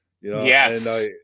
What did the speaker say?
Yes